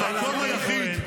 אבל אתה ראש הממשלה.